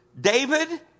David